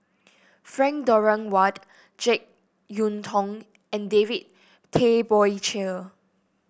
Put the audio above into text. Frank Dorrington Ward JeK Yeun Thong and David Tay Poey Cher